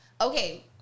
okay